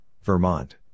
Vermont